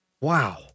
Wow